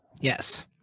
Yes